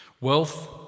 Wealth